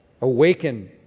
Awaken